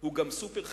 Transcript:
הוא גם סופר-חברתי.